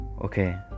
Okay